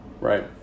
Right